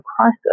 crisis